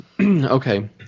Okay